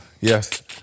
Yes